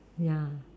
ya